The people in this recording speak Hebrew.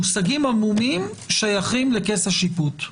מושגים עמומים שייכים לכס השיפוט.